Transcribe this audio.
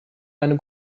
eine